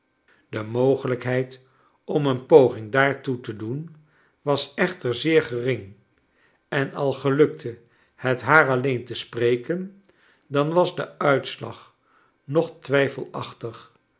de mogelijkheid om een poging daartoe to doen was echter zeer gering en al gelukte het haar alleen te spreken dan was de uitslag nog twiffelachtig